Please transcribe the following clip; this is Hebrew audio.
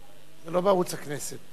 רבותי חברי הכנסת,